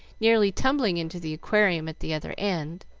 nearly tumbling into the aquarium at the other end.